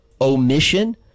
omission